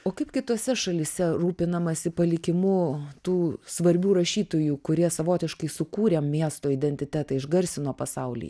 o kaip kitose šalyse rūpinamasi palikimu tų svarbių rašytojų kurie savotiškai sukūrė miesto identitetą išgarsino pasauly